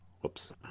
whoops